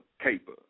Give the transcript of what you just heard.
caper